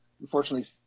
unfortunately